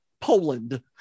Poland